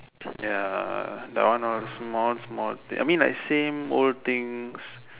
ya that one all small small I mean like same old things